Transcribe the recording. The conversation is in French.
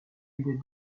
une